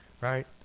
right